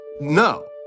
No